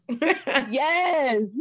yes